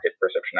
perception